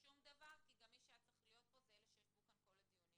שום דבר כי מי שהיה צריך להיות פה זה אלה שישבו כאן כל הדיונים.